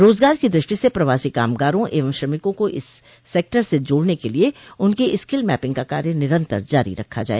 रोजगार की दृष्टि से प्रवासी कामगारों एवं श्रमिकों को इस सेक्टर से जोड़ने के लिए उनकी स्किल मैपिंग का कार्य निरन्तर जारी रखा जाए